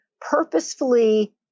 purposefully